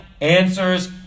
answers